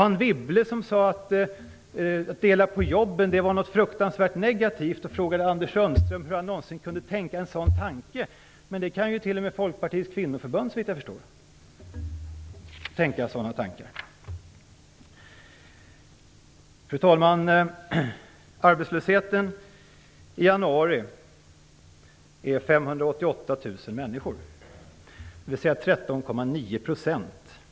Anne Wibble sade att tanken att dela på jobben var fruktansvärt negativ och frågade hur Anders Sundström någonsin kunde tänka en sådan tanke, men t.o.m. Folkpartiets kvinnoförbund kan det. Fru talman! I januari var 588 000 människor, dvs. 13,9 %, arbetslösa.